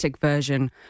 version